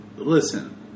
Listen